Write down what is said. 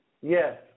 Yes